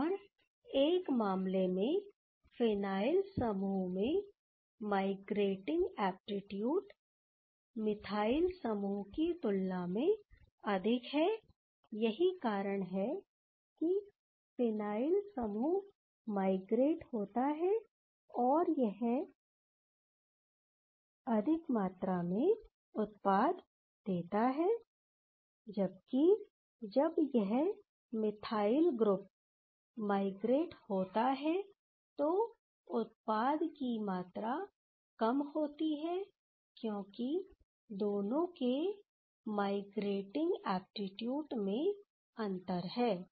और एक मामले में फिनाइल समूह में माइग्रेटिंग एप्टिट्यूड मिथाइल समूह की तुलना में अधिक है यही कारण है कि फिनाइल समूह माइग्रेट होता है और यह अधिक मात्रा में उत्पाद देता है जबकि जब मिथाइल ग्रुप माइग्रेट होता है तो उत्पाद की मात्रा कम होती है क्योंकि दोनों के माइग्रेटिंग एप्टिट्यूड में अंतर है